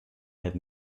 the